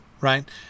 right